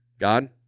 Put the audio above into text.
God